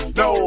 no